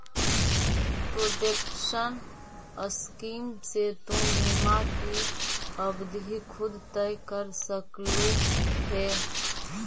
protection scheme से तु बीमा की अवधि खुद तय कर सकलू हे